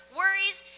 worries